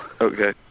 Okay